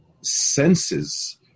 senses